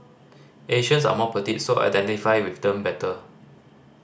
Asians are more petite so I identify with them better